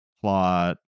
plot